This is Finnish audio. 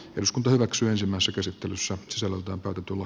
eduskunta hyväksyisimmassa käsittelyssä sisällöltään tumma